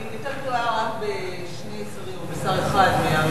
היא יותר גדולה רק בשני שרים או בשר אחד מהממשלה הקודמת.